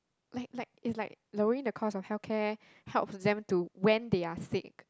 like like is like lowering the cost of healthcare helps them to when they are sick